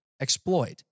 exploit